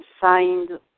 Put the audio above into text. signed